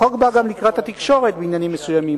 החוק בא גם לקראת התקשורת בעניינים מסוימים.